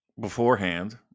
beforehand